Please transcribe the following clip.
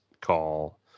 call